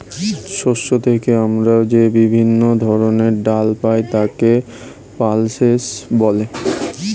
শস্য থেকে আমরা যে বিভিন্ন ধরনের ডাল পাই তাকে পালসেস বলে